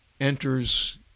enters